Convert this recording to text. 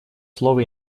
слово